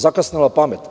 Zakasnela pamet?